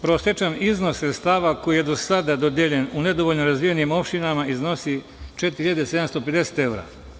Prosečan iznos sredstava koji je do sada dodeljen u nedovoljno razvijenim opštinama iznosi 4.750 evra.